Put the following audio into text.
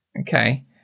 okay